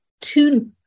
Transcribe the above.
two